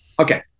Okay